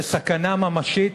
זו סכנה ממשית.